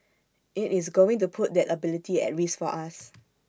IT is going to put that ability at risk for us